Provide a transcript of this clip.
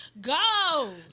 go